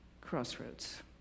crossroads